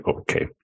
okay